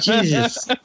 Jesus